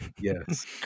yes